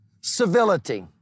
civility